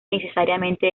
necesariamente